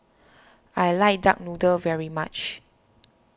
I like Duck Noodle very much